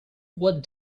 what